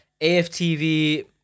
AFTV